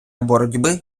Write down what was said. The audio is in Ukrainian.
боротьби